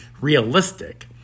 realistic